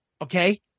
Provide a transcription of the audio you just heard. okay